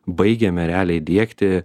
baigėme realiai įdiegti